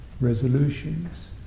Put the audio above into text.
resolutions